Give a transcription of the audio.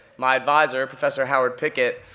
my advisor, professor howard pickett,